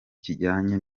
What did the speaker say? kijyanye